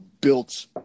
built